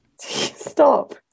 Stop